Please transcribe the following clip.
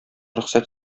рөхсәт